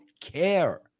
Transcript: care